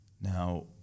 now